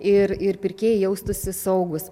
ir ir pirkėjai jaustųsi saugūs